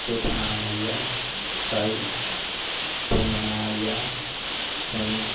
चौथा नाम आई गेआ साहिल पंजमां नाम आई गेआ सोनिया